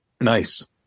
Nice